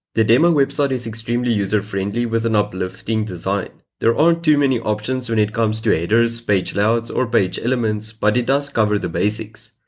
the demo website is extremely user-friendly with an uplifting design. there aren't too many options when it comes to headers, page or page elements, but it does cover the basics.